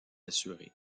assurée